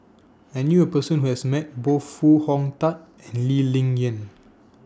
I knew A Person Who has Met Both Foo Hong Tatt and Lee Ling Yen